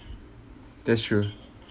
that's true